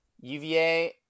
UVA